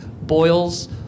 boils